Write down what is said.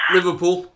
Liverpool